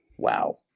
Wow